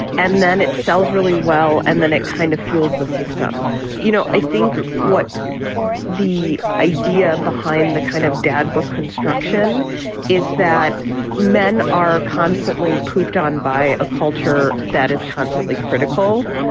and then it sells really well and then it kind of fuels the system you know, i think what the idea behind the kind of dad book construction is that men are constantly pooped on by a culture that is constantly critical.